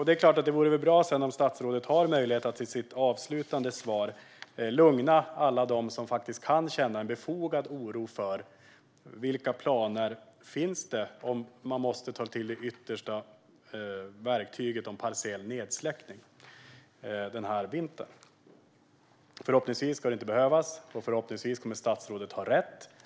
Det är klart att det vore bra om statsrådet har möjlighet att i sitt avslutande inlägg lugna alla dem som faktiskt känner en befogad oro över vilka planerna är om man måste ta till det yttersta verktyget, partiell nedsläckning, den här vintern. Förhoppningsvis ska det inte behövas, och förhoppningsvis kommer statsrådet att ha rätt.